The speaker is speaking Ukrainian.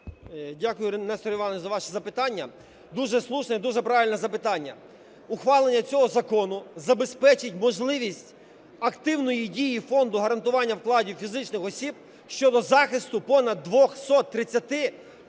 Дякую, Нестор Іванович, за ваші запитання. Дуже слушне і дуже правильне запитання. Ухвалення цього закону забезпечить можливість активної дії Фонду гарантування вкладів фізичних осіб щодо захисту понад 230 тисяч